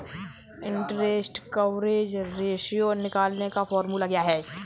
Interest coverage ratio निकालने का formula क्या है?